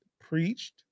preached